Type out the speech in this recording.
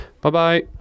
Bye-bye